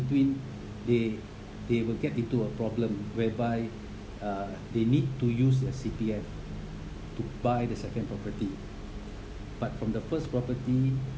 between they they will get into a problem whereby uh they need to use their C_P_F to buy the second property but from the first property